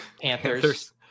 Panthers